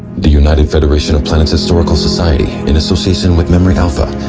the united federation of planets historical society, in association with memory alpha,